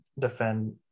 defend